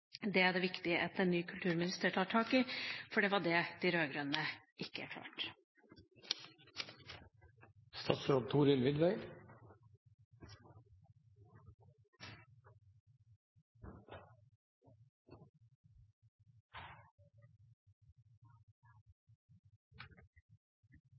Det er det viktig at en ny kulturminister tar tak i, for det var dét de rød-grønne ikke